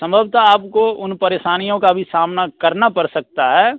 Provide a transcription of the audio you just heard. संभवतः आपको उन परेशानियों का सामना भी करना पर सकता है